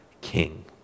king